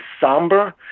somber